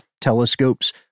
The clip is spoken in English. telescopes